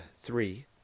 three